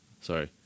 Sorry